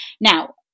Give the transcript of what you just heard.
Now